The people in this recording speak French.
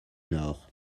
nord